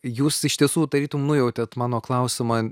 jūs iš tiesų tarytum nujautėt mano klausimą